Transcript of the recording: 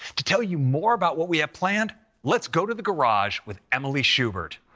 to tell you more about what we have planned, let's go to the garage with emily schubert.